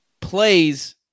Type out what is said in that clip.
plays